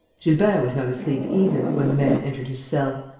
gilbert was not asleep either, when the men entered his cell.